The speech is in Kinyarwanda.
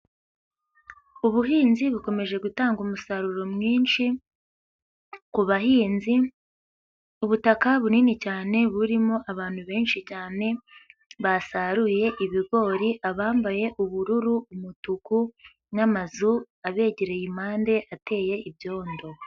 Ubuhinzi bukomeje gutanga umusaruro mwinshi ku bahinzi, ubutaka bunini cyane burimo abantu benshi cyane basaruye ibigori, abambaye ubururu, umutuku n'amazu abegereye impande ateye ibyondo.